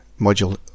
module